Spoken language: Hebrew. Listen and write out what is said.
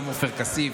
גם עופר כסיף,